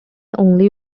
only